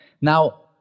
Now